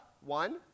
One